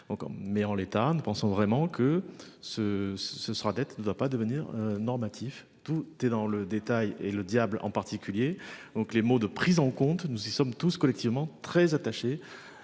mais en l'état, nous pensons vraiment que ce ce sera être ne va pas devenir normatif tout tes es dans le détail et le diable en particulier donc les mots de prise en compte. Nous y sommes tous collectivement très attaché.